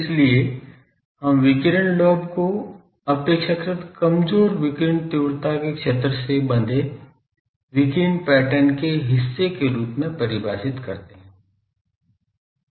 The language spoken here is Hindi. इसलिए हम विकिरण लोब को अपेक्षाकृत कमजोर विकिरण तीव्रता के क्षेत्र से बंधे विकिरण पैटर्न के हिस्से के रूप में परिभाषित करते हैं